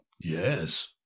Yes